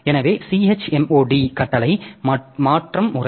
எனவே chmod கட்டளை மாற்றம் முறை